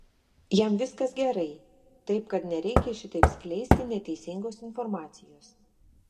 jam viskas gerai taip kad nereikia šitaip skleisti neteisingos informacijos